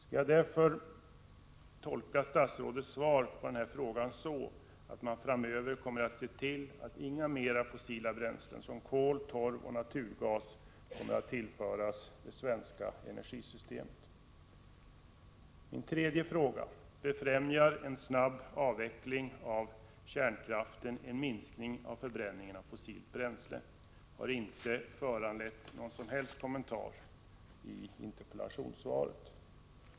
Skall jag därför tolka statsrådets svar på frågan så, att regeringen framöver kommer att se till att inga mer fossila bränslen som kol, torv och naturgas kommer att tillföras det svenska energisystemet? Min tredje fråga löd: Befrämjar en snabb avveckling av kärnkraften en minskning av förbränningen av fossilt bränsle? Den har inte föranlett någon som helst kommentar i interpellationssvaret.